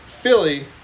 Philly